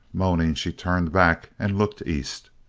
moaning, she turned back and looked east.